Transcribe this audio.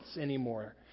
anymore